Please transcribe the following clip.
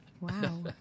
Wow